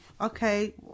Okay